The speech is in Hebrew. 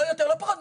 לא יותר, לא פחות.